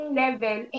level